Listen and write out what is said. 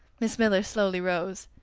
miss miller slowly rose.